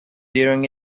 during